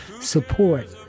support